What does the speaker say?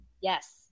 Yes